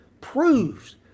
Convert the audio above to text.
proves